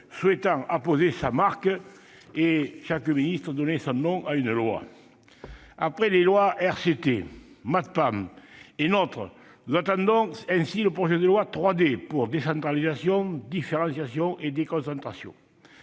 souhaitant imposer sa marque et chaque ministre donner son nom à une loi. Après les lois RCT, Maptam et NOTRe, nous attendons le projet de loi 3D, pour décentralisation, différenciation et déconcentration.